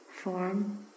form